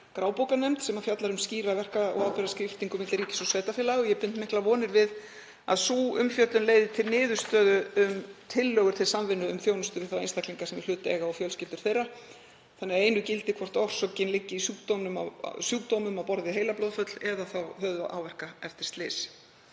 grábókarnefnd sem fjallar um skýra verka- og ábyrgðarskiptingu milli ríkis og sveitarfélaga. Ég bind miklar vonir við að sú umfjöllun leiði til niðurstöðu og lagðar verði fram tillögur um samvinnu vegna þjónustu við þá einstaklinga sem í hlut eiga og fjölskyldur þeirra þannig að einu gildi hvort orsökin liggi í sjúkdómum á borð við heilablóðfall eða þá höfuðáverkum eftir slys.